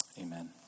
amen